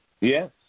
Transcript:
Yes